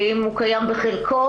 אם הוא קיים בחלקו,